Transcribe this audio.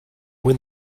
when